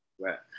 right